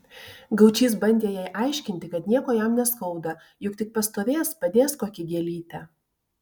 gaučys bandė jai aiškinti kad nieko jam neskauda juk tik pastovės padės kokią gėlytę